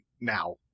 now